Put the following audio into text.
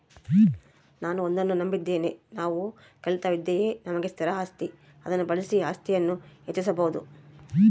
ನಾನು ಒಂದನ್ನು ನಂಬಿದ್ದೇನೆ ನಾವು ಕಲಿತ ವಿದ್ಯೆಯೇ ನಮಗೆ ಸ್ಥಿರ ಆಸ್ತಿ ಅದನ್ನು ಬಳಸಿ ಆಸ್ತಿಯನ್ನು ಹೆಚ್ಚಿಸ್ಬೋದು